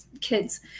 kids